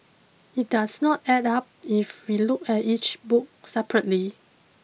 it does not add up if we look at each book separately